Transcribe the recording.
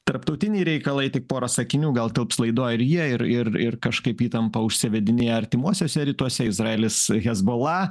tarptautiniai reikalai tik pora sakinių gal tilps laidoj ir jie ir ir ir kažkaip įtampa užsivedinėja artimuosiuose rytuose izraelis hezbola